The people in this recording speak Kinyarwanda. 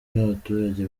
n’abaturage